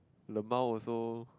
lmao also